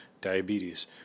diabetes